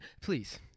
Please